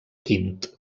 quint